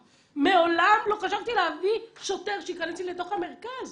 מעולם לא חשבתי להביא שוטר שיכנס לי לתוך המרכז.